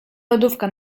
lodówka